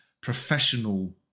professional